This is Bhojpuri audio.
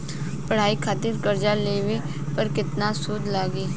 पढ़ाई खातिर कर्जा लेवे पर केतना सूद लागी?